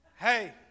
hey